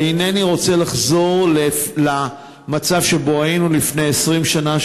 אינני רוצה לחזור למצב שבו היינו לפני 20 שנה,